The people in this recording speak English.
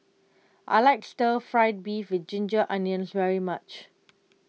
I like Stir Fried Beef with Ginger Onions very much